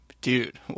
dude